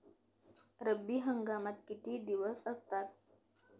रब्बी हंगामात किती दिवस असतात?